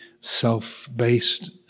self-based